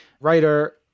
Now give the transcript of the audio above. writer